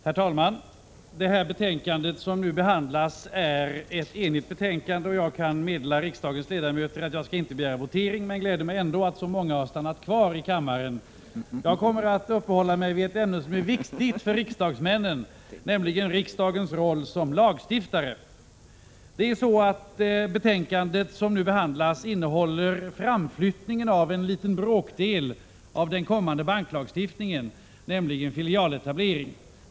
Herr talman! När det gäller det här betänkandet råder enighet, och jag kan meddela riksdagens ledamöter att jag inte skall begära votering. Jag gläder mig ändå åt att så många ledamöter har stannat kvar i kammaren. Jag kommer att uppehålla mig vid ett ämne som är viktigt för riksdagsmän — Prot. 1986/87:50 nen, nämligen riksdagens roll som lagstiftare. 16 december 1986 Betänkandet innehåller framflyttning av en bråkdel av den kommande. ZI banklagstiftningen, nämligen filialetablering.